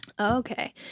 Okay